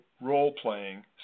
role-playing